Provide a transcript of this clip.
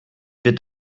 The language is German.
wird